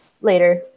later